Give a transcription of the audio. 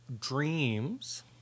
dreams